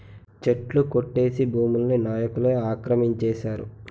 చెట్లు కొట్టేసి భూముల్ని నాయికులే ఆక్రమించేశారు